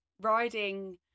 riding